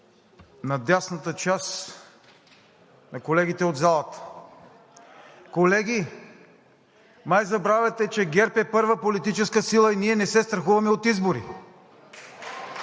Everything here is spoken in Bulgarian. на дясната част на колегите от залата. Колеги, май забравяте, че ГЕРБ е първа политическа сила и ние не се страхуваме от избори!